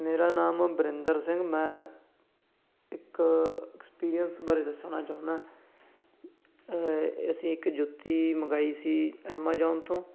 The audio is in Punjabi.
ਮੇਰਾ ਨਾਮ ਬਰਿੰਦਰ ਸਿੰਘ ਮੈਂ ਇੱਕ ਐਕਸਪੀਰੀਅੰਸ ਬਾਰੇ ਦੱਸਣਾ ਚਾਹੁੰਦਾ ਅਸੀਂ ਇੱਕ ਜੁੱਤੀ ਮੰਗਵਾਈ ਸੀ ਐਮਾਜੋਨ ਤੋਂ